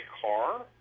car